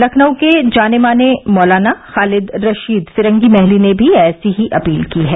लखनऊ के जाने माने मौलाना खालिद रशीद फिरंगी महली ने भी ऐसी ही अपील की है